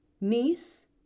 niece